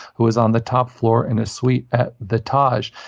who was on the top floor in his suite at the taj.